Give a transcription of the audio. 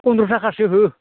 फनद्र थाखासो हो